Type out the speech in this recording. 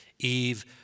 Eve